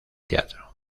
teatro